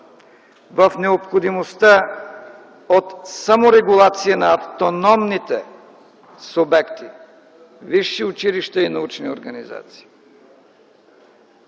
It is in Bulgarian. в необходимостта от саморегулация на автономните субекти – висши училища и научни организации,